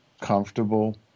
comfortable